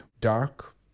dark